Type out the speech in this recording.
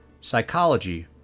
psychology